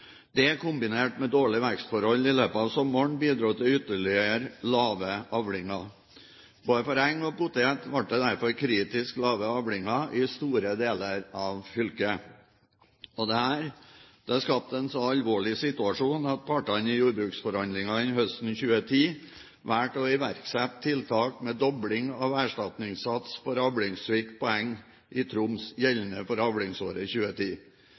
– dette kombinert med dårlige vekstforhold i løpet av sommeren bidro til ytterligere lave avlinger. Både for eng og poteter ble det derfor kritisk lave avlinger i store deler av fylket. Dette skapte en så alvorlig situasjon at partene i jordbruksforhandlingene høsten 2010 valgte å iverksette tiltak med dobling av erstatningssats for avlingssvikt på eng i Troms gjeldende for avlingsåret 2010.